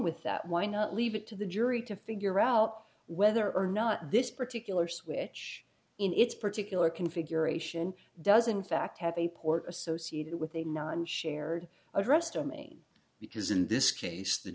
with that why not leave it to the jury to figure out whether or not this particular switch in its particular configuration does in fact have a port associated with a non shared address domain because in this case the